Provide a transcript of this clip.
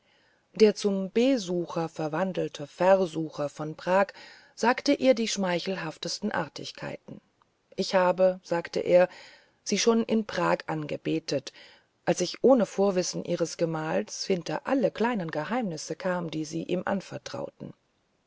der zum besucher verwandelte versucher von prag sagte ihr die schmeichelhaftesten artigkeiten ich habe sagte er sie schon in prag angebetet als ich ohne vorwissen ihres gemahls hinter alle kleinen geheimnisse kam die sie ihm anvertrauten